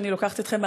שאני לוקחת אתכם,